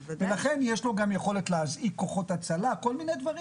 לכן יש לו גם יכולת להזעיק כוחות הצלה וכל מיני דברים.